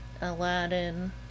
Aladdin